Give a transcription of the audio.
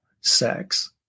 sex